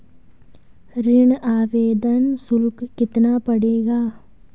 ऋण आवेदन शुल्क कितना पड़ेगा?